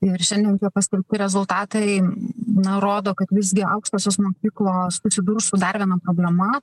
ir šiandien tie paskelbti rezultatai na rodo kad visgi aukštosios mokyklos susidurs su dar viena problema